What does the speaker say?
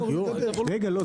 לא,